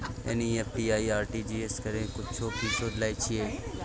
NEFT आ RTGS करै के कुछो फीसो लय छियै?